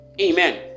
Amen